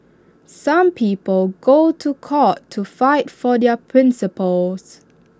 some people go to court to fight for their principles